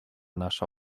nasza